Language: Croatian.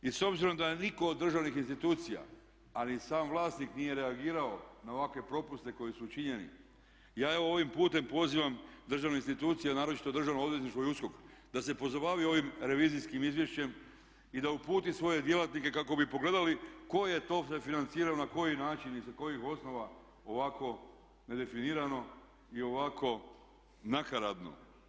I s obzirom da nitko od državnih institucija ali ni sam vlasnik nije reagirao na ovakve propuste koji su učinjeni ja evo ovim putem pozivam državne institucije a naročito državno odvjetništvo i USKOK da se pozabavi ovim revizijskim izvješćem i da uputi svoje djelatnike kako bi pogledali tko je to financirao, na koji način i sa kojih osnova ovakvo nedefinirano i ovako nakaradno.